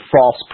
false